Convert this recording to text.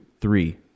three